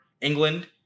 England